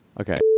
Okay